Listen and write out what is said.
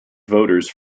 voters